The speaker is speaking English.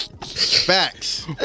Facts